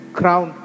crown